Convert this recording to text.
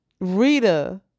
Rita